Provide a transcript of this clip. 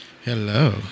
hello